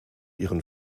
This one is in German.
ihren